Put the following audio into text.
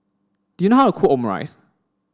do you know how to cook Omurice